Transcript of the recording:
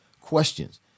questions